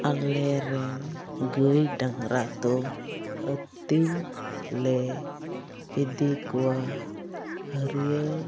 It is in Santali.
ᱟᱞᱮᱨᱮᱱ ᱜᱟᱹᱭᱼᱰᱟᱝᱜᱽᱨᱟ ᱫᱚ ᱟᱹᱛᱤᱧᱞᱮ ᱤᱫᱤ ᱠᱚᱣᱟ ᱦᱟᱹᱨᱭᱟᱹᱲ